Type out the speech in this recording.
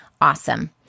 Awesome